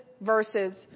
versus